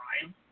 crime